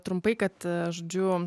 trumpai kad žodžiu